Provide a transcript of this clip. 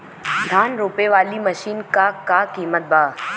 धान रोपे वाली मशीन क का कीमत बा?